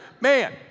man